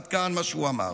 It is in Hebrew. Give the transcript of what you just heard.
עד כאן מה שהוא אמר.